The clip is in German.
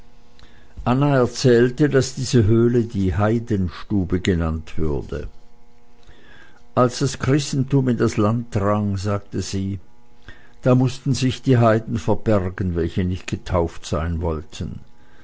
anna erzählte daß diese höhle die heidenstube genannt würde als das christentum in das land drang sagte sie da mußten sich die heiden verbergen welche nicht getauft sein wollten